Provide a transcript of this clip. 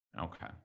Okay